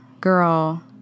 girl